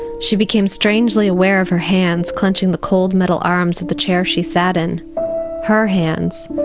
she became strangely aware of her hands clenching the cold metal arms of the chair she sat in her hands.